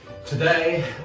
today